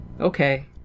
Okay